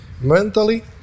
mentally